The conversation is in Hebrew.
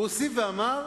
הוא הוסיף ואמר: